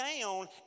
down